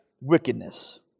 wickedness